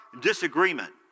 disagreement